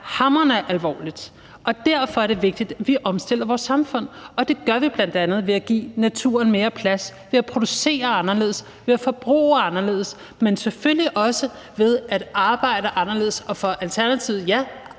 hamrende alvorligt, og derfor er det vigtigt, at vi omstiller vores samfund, og det gør vi bl.a. ved at give naturen mere plads, ved at producere anderledes, ved at forbruge anderledes, men selvfølgelig også ved at arbejde anderledes. Og ja, Alternativet